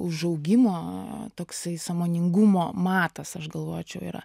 užaugimo toksai sąmoningumo matas aš galvočiau yra